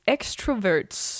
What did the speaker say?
Extroverts